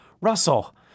Russell